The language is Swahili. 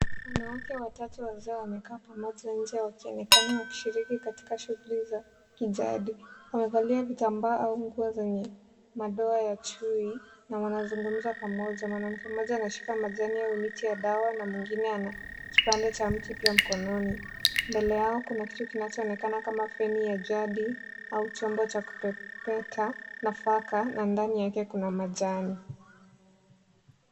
Wanawake watatu wazee wamekaa pamoja nje wakionekana wakishiriki katika shughuli za kijadi. Wamevalia vitambaa au nguo zenye madoa ya chui na wanazungumza pamoja. Mwanamke mmoja anashika kajani au miti ya dawa na mwengine ana kipande cha mti pia mkononi. Mbele yao kuna kitu kinachoonekana kama feni ya jadi au chombo cha kupepeta nafaka na ndani yake kuna majani.